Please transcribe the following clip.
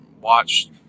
watch